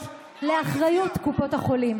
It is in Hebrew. בעד מאי גולן,